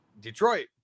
Detroit